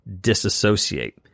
disassociate